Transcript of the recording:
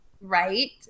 right